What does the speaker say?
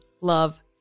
love